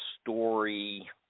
story